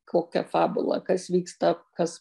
kokia fabula kas vyksta kas